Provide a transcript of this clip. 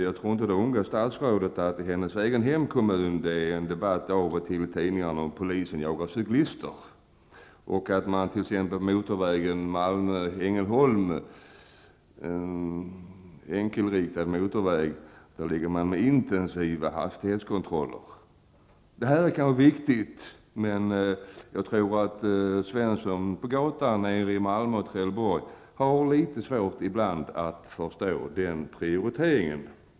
Jag tror inte att det har undgått statsrådet att det i hennes egen hemkommun av och till förekommer en debatt i tidningarna om att polisen jagar cyklister. På den enkelriktade körbanan på motorvägen mellan Malmö och Ängelholm förekommer intensiva hastighetskontroller. Det kan vara viktigt. Men jag tror att Svensson på gatan i Malmö och Trelleborg ibland kan ha svårt att förstå den prioriteringen.